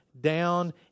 down